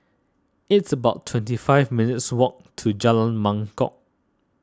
it's about twenty five minutes' walk to Jalan Mangkok